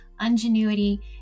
ingenuity